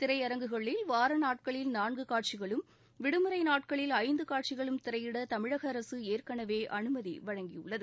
திரையரங்குகளில் வார நாட்களில் நான்கு காட்சிகளும் விடுமுறை நாட்களில் ஐந்து காட்சிகளும் திரையிட தமிழக அரசு ஏற்கனவே அனுமதி வழங்கியுள்ளது